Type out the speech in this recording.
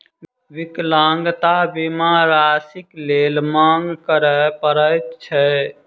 विकलांगता बीमा राशिक लेल मांग करय पड़ैत छै